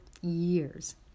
years